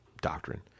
doctrine